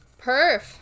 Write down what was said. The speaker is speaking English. perf